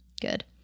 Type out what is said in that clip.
good